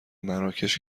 مراکش